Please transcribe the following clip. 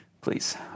please